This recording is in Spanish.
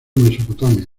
mesopotamia